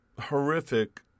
horrific